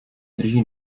drží